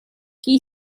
chi